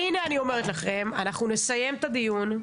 והנה אני אומרת לכם: אנחנו נסיים את הדיון,